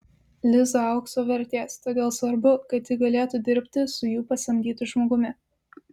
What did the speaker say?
liza aukso vertės todėl svarbu kad ji galėtų dirbti su jų pasamdytu žmogumi